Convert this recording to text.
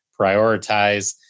prioritize